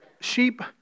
sheep